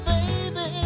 Baby